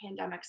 pandemics